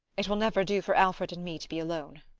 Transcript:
it will never do for alfred and me to be alone.